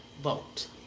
Vote